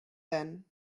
then